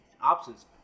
options